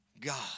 God